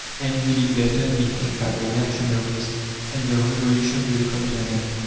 and will in their turn be hanged by the reactionaries and the revolution will come to an end.